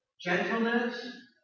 Gentleness